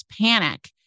panic